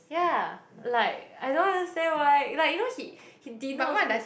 ya like I don't understand why like you know he he dinner also need to